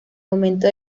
momento